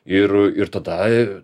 ir ir tada